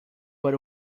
but